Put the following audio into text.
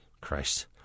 Christ